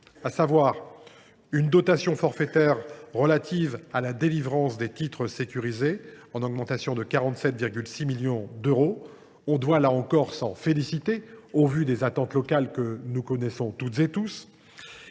à savoir : la dotation forfaitaire relative à la délivrance des titres sécurisés, en augmentation de 47,6 millions d’euros, ce dont on peut se féliciter au vu des attentes locales que nous connaissons tous ; et la